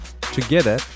Together